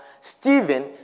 Stephen